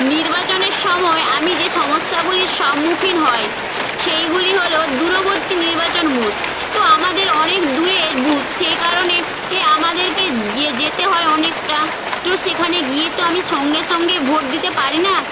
নির্বাচনের সময় আমি যে সমস্যাগুলির সম্মুখীন হই সেইগুলি হলো দূরবর্তী নির্বাচন বুথ তো আমাদের অনেক দূরের বুথ সেই কারণে এ আমাদেরকে যেতে হয় অনেকটা কেউ সেখানে গিয়ে তো আমি সঙ্গে সঙ্গে ভোট দিতে পারি না